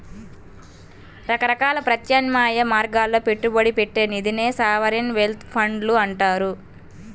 రకరకాల ప్రత్యామ్నాయ మార్గాల్లో పెట్టుబడి పెట్టే నిధినే సావరీన్ వెల్త్ ఫండ్లు అంటారు